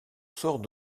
sort